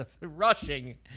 rushing